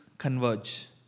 Converge